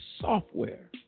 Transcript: software